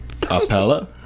Appella